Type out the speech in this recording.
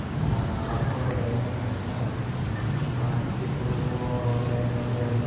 ᱟᱨ ᱵᱟᱸᱠᱵᱚᱲ ᱰᱮᱢ ᱢᱮᱱᱟᱜ ᱠᱟᱜᱼᱟ ᱟᱨ ᱡᱩᱫᱤ ᱵᱩᱨᱩ ᱵᱚᱱ ᱞᱟᱹᱭᱟ ᱱᱚᱸᱰᱮ